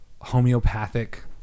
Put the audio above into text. homeopathic